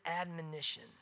admonition